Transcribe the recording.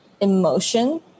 emotion